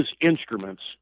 instruments